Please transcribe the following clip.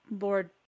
Lord